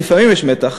ולפעמים יש מתח,